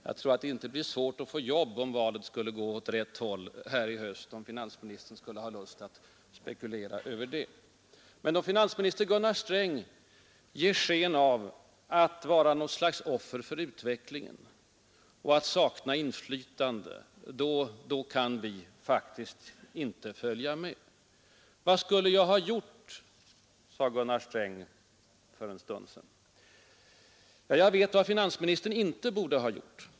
Jag tror inte att det blir svårt för honom att få jobb, om valet skulle gå åt rätt håll i höst — om finansministern skulle ha lust att spekulera på det. Men då finansminister Gunnar Sträng ger sken av att vara något slags offer för utvecklingen och att sakna inflytande kan vi faktiskt inte följa med. Vad skulle jag ha gjort? sade Gunnar Sträng för en stund sedan. Ja, jag vet vad finansministern inte borde ha gjort.